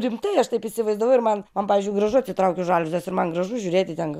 rimtai aš taip įsivaizdavau ir man man pavyzdžiui gražu atsitraukiu žaliuzes ir man gražu žiūrėti ten